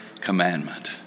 commandment